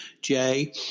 Jay